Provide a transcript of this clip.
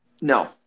No